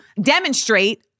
demonstrate